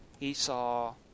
Esau